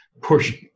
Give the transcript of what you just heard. Push